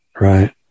right